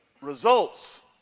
Results